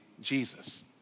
Jesus